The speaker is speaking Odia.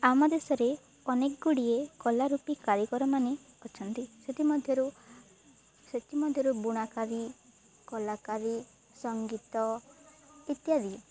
ଆମ ଦେଶରେ ଅନେକ ଗୁଡ଼ିଏ କଳାରୂପି କାରିଗର ମାନେ ଅଛନ୍ତି ସେଥିମଧ୍ୟରୁ ସେଥିମଧ୍ୟରୁ ବୁଣାକାରୀ କଳାକାରୀ ସଙ୍ଗୀତ ଇତ୍ୟାଦି